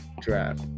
draft